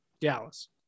dallas